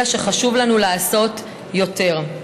אלא שחשוב לנו לעשות יותר.